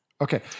Okay